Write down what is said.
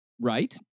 right